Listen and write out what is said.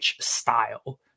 style